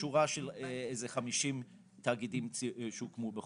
-- ושורה של 50 תאגידים שהוקמו בחוק.